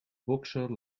bokser